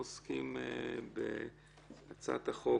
אנחנו עוסקים בהצעת חוק